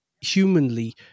humanly